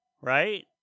right